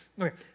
Okay